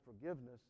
forgiveness